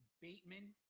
Bateman